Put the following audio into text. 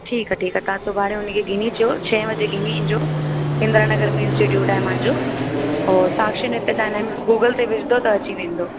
ठीकु आहे ठीकु आहे तव्हां सुभाणे हुनखे गिनी अचो छहे बजे गिनी ईंजो इंदिरा नगर में इंस्टीट्यूट आहे मुंहिंजो पोइ साक्षी नृत्य डायनामिक्स गूगल ते विझदव त अची वेंदो